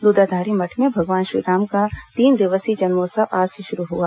द्धाधारी मठ में भगवान श्रीराम का तीन दिवसीय जन्मोत्सव आज से शुरू हुआ